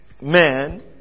man